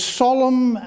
solemn